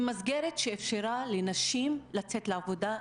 היא מסגרת שאפשרה לנשים לצאת לעבודה,